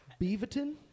Beaverton